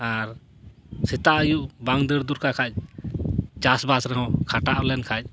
ᱟᱨ ᱥᱮᱛᱟᱜ ᱟᱹᱭᱩᱵ ᱵᱟᱝ ᱫᱟᱹᱲ ᱫᱚᱨᱠᱟᱨ ᱠᱷᱟᱱ ᱪᱟᱥᱼᱵᱟᱥ ᱨᱮᱦᱚᱸ ᱠᱷᱟᱴᱟᱣ ᱞᱮᱱᱠᱷᱟᱱ